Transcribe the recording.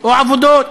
או עבודות.